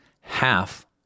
half